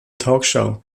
talkshow